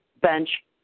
bench